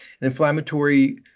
inflammatory